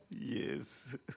Yes